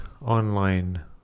online